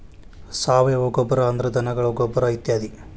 ಸಾವಯುವ ಗೊಬ್ಬರಾ ಅಂದ್ರ ಧನಗಳ ಗೊಬ್ಬರಾ ಇತ್ಯಾದಿ